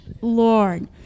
lord